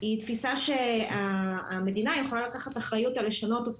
היא תפיסה שהמדינה יכולה לקחת אחריות לשנות אותה,